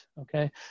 okay